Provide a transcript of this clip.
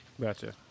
Gotcha